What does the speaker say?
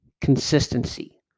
consistency